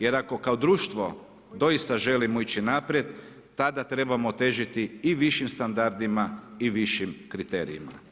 Jer ako kao društvo doista želimo ići naprijed tada trebamo težiti i višim standardima i višim kriterijima.